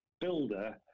builder